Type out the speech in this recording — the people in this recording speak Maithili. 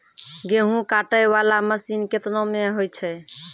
गेहूँ काटै वाला मसीन केतना मे होय छै?